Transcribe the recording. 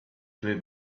flew